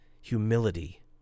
humility